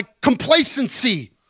complacency